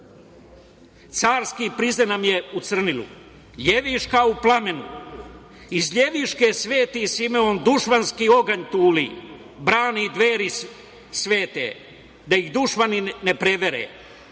Carski Prizren nam je u crnilu, Ljeviška u plamenu. Iz Ljeviške sveti Simeon dušmanski oganj tuli, brani dveri svete, da ih dušmani ne prevare.